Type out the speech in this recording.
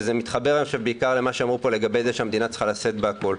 שמתחבר בעיקר למה שאמרו פה לגבי זה שהמדינה צריכה לשאת בכול.